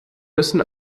müssen